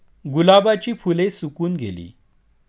गुलाबाची फुले सुकून गेली